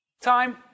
Time